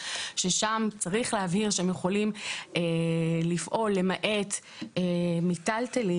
ששם צריך להבהיר שהם יכולים לפעול למעט מיטלטלין.